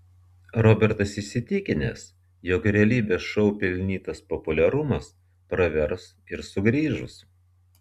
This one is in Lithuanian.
robertas įsitikinęs jog realybės šou pelnytas populiarumas pravers ir sugrįžus